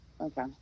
Okay